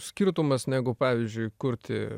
skirtumas negu pavyzdžiui kurti